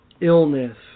illness